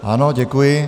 Ano, děkuji.